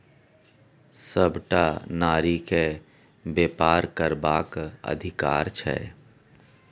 सभटा नारीकेँ बेपार करबाक अधिकार छै